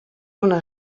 una